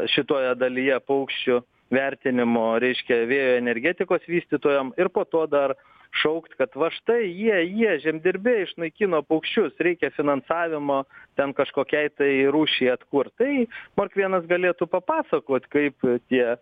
šitoje dalyje paukščių vertinimo reiškia vėjo energetikos vystytojam ir po to dar šaukt kad va štai jie jie žemdirbiai išnaikino paukščius reikia finansavimo ten kažkokiai tai rūšiai atkurt tai morkvėnas galėtų papasakot kaip tie